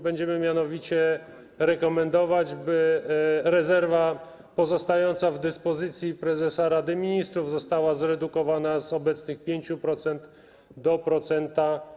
Będziemy mianowicie rekomendować, by rezerwa pozostająca w dyspozycji prezesa Rady Ministrów została zredukowana z obecnych 5% do 1%.